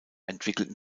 entwickelten